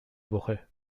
woche